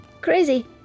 crazy